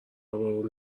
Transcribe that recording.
ابرو